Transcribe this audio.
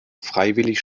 freiwillig